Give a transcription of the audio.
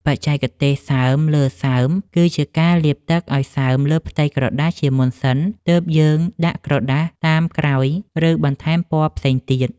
បច្ចេកទេសសើមលើសើមគឺជាការលាបទឹកឱ្យសើមលើផ្ទៃក្រដាសជាមុនសិនទើបយើងដាក់ពណ៌តាមក្រោយ ឬ បន្ថែមពណ៌ផ្សេងទៀត។